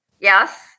Yes